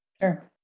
Sure